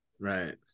Right